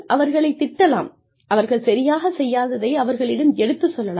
அவர்களைத் திட்டலாம் அவர்கள் சரியாக செய்யாததை அவர்களிடம் எடுத்துச் சொல்லலாம்